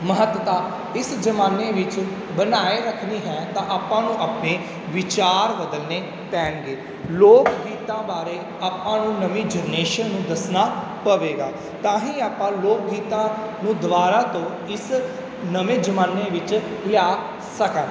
ਮਹੱਤਤਾ ਇਸ ਜ਼ਮਾਨੇ ਵਿੱਚ ਬਣਾਏ ਰੱਖਣੀ ਹੈ ਤਾਂ ਆਪਾਂ ਨੂੰ ਆਪਣੇ ਵਿਚਾਰ ਬਦਲਣੇ ਪੈਣਗੇ ਲੋਕ ਗੀਤਾਂ ਬਾਰੇ ਆਪਾਂ ਨੂੰ ਨਵੀਂ ਜਨਰੇਸ਼ਨ ਨੂੰ ਦੱਸਣਾ ਪਵੇਗਾ ਤਾਂ ਹੀ ਆਪਾਂ ਲੋਕ ਗੀਤਾਂ ਨੂੰ ਦੁਬਾਰਾ ਤੋਂ ਇਸ ਨਵੇਂ ਜ਼ਮਾਨੇ ਵਿੱਚ ਲਿਆ ਸਕਾਂਗੇ